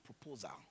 proposal